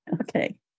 Okay